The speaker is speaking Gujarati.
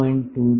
2 થી 12